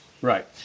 Right